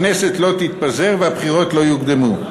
הכנסת לא תתפזר והבחירות לא יוקדמו.